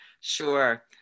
Sure